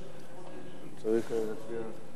צריך גם לעבוד.